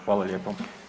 Hvala lijepo.